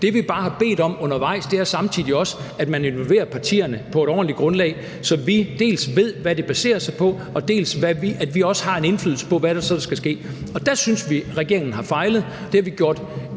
Det, vi bare har bedt om undervejs, er, at man samtidig involverer partierne på et ordentligt grundlag, så vi dels ved, hvad det baserer sig på, dels også har en indflydelse på, hvad der skal ske. Der synes vi, at regeringen har fejlet. Det har vi gjort